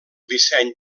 disseny